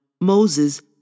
Moses